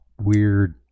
weird